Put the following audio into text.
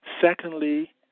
Secondly